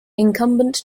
incumbent